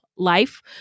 life